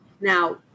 Now